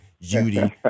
judy